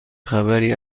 خبری